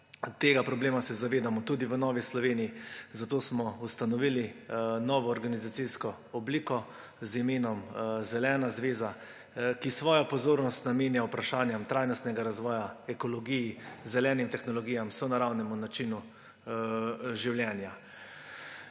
okolja se zavedamo tudi v Novi Sloveniji, zato smo ustavili novo organizacijsko obliko z imenom Zelena zveza, ki svojo pozornost namenja vprašanjem trajnostnega razvoja, ekologiji, zelenim tehnologijam, sonaravnemu načinu življenja.